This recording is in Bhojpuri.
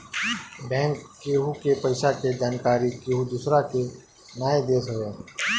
बैंक केहु के पईसा के जानकरी केहू दूसरा के नाई देत हवे